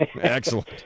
Excellent